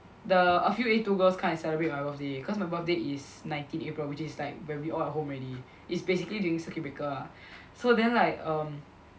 the a few A two girls come and celebrate my birthday cause my birthday is nineteen April which is like when we all at home already is basically during circuit breaker ah so then like um